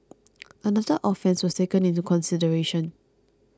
another offence was taken into consideration